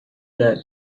that